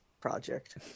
project